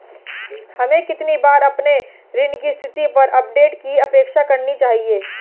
हमें कितनी बार अपने ऋण की स्थिति पर अपडेट की अपेक्षा करनी चाहिए?